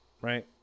right